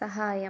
സഹായം